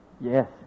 yes